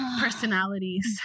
personalities